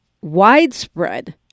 widespread